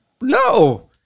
no